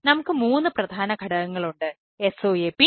നമുക്ക് മൂന്ന് പ്രധാന ഘടകങ്ങളുണ്ട് SOAP WSDL UDDI